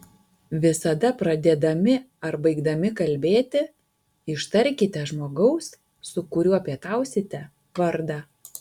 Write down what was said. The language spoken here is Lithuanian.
visada pradėdami ar baigdami kalbėti ištarkite žmogaus su kuriuo pietausite vardą